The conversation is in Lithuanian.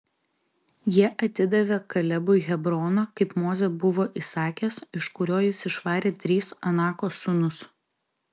jie atidavė kalebui hebroną kaip mozė buvo įsakęs iš kurio jis išvarė tris anako sūnus